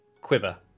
quiver